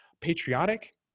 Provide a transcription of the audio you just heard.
patriotic